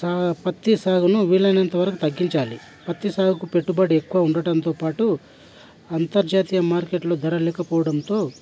సా పత్తి సాగును వీలైనంత వరకు తగ్గించాలి పత్తి సాగుకు పెట్టుబడి ఎక్కువ ఉండటంతో పాటు అంతర్జాతీయ మార్కెట్లో ధర లేకపోవడంతో